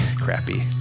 Crappy